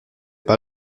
pas